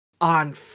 on